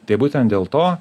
tai būtent dėl to